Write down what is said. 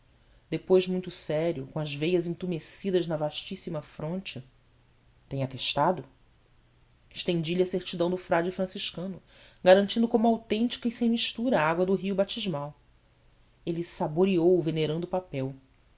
depois muito sério com as veias entumecidas na vastíssima fronte tem atestado estendi-lhe a certidão do frade franciscano garantindo como autêntica e sem mistura a água do rio batismal ele saboreou o venerando papel